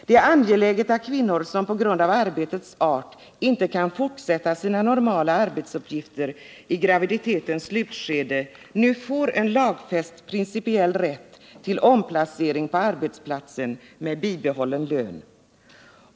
Det är angeläget att kvinnor som på grund av arbetets art inte kan fortsätta sina normala arbetsuppgifter i graviditetens slutskede nu får en lagfäst principiell rätt till omplacering på arbetsplatsen med bibehållen lön.